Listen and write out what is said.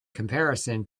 comparison